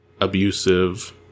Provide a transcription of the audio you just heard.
abusive